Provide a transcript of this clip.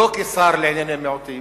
לא כשר לענייני מיעוטים,